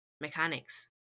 mechanics